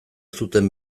zuten